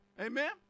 Amen